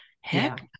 Heck